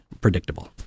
predictable